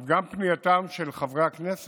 גם פנייתם של חברי הכנסת